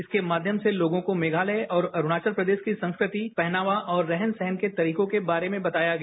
इसके माध्यम से तोगों मेघातय और अरुणावत प्रदेश की संस्कृति पहनावा और रहन सहन के तरीकों के बारे में बताया गया